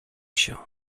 się